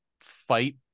fight